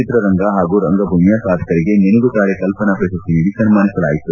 ಚಿತ್ರರಂಗ ಹಾಗೂ ರಂಗಭೂಮಿಯ ಸಾಧಕರಿಗೆ ಮಿನುಗುತಾರೆ ಕಲ್ಪನಾ ಪ್ರಶಸ್ತಿ ನೀಡಿ ಸನ್ಮಾನಿಸಲಾಯಿತು